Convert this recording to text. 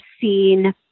seen